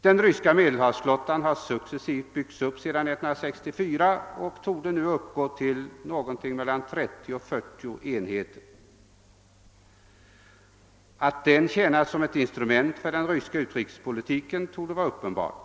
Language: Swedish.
Den ryska medelhavsflottan har successivt byggts upp sedan 1964 och torde nu uppgå till 30—40 enheter. Att den tjänar som ett instrument för den ryska utrikespolitiken torde vara uppenbart.